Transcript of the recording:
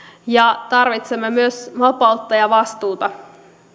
tarvitsemme myös vapautta ja vastuuta